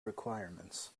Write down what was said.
requirements